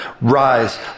Rise